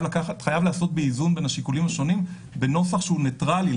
חייב להיעשות באיזון בין השיקולים השונים בנוסח שהוא ניטרלי,